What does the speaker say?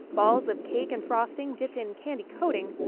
balls of cake and frosting dipped in candy-coating,